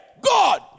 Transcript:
God